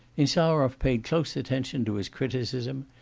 insarov paid close attention to his criticism.